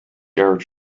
carrot